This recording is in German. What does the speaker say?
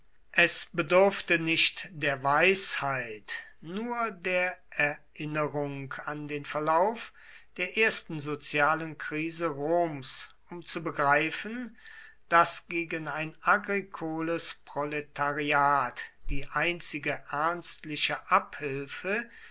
es bedurfte nicht der weisheit nur der erinnerung an den verlauf der ersten sozialen krise roms um zu begreifen daß gegen ein agrikoles proletariat die einzige ernstliche abhilfe